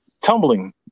Tumbling